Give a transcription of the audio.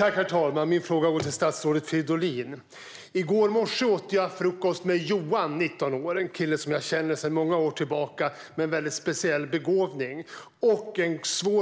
Herr talman! Min fråga går till statsrådet Fridolin. I går morse åt jag frukost med Johan, en 19-årig kille som jag känner sedan många år tillbaka. Han har en väldigt speciell begåvning och en